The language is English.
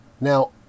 Now